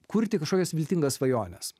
kurti kažkokias viltingas svajones